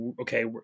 okay